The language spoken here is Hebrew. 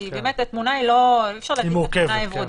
כי אי אפשר להגיד שהתמונה היא ורודה.